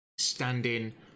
Standing